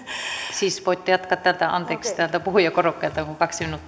siis voitte jatkaa anteeksi täältä puhujakorokkeelta kun kaksi